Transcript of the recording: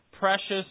precious